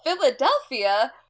Philadelphia